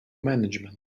management